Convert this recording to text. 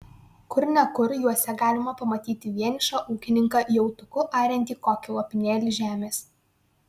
kur ne kur juose galima pamatyti vienišą ūkininką jautuku ariantį kokį lopinėlį žemės